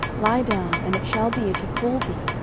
lie down and it shall be, if he call thee,